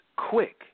Quick